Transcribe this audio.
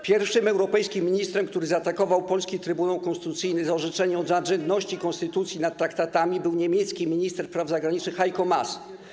Pierwszym europejskim ministrem, który zaatakował polski Trybunał Konstytucyjny za orzeczenie o nadrzędności konstytucji nad traktatami, był niemiecki minister spraw zagranicznych Heiko Maas.